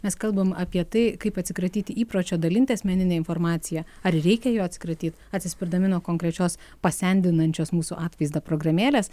mes kalbam apie tai kaip atsikratyti įpročio dalinti asmeninę informaciją ar reikia jo atsikratyt atsispirdami nuo konkrečios pasendinančios mūsų atvaizdą programėlės